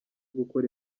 gukora